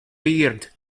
beard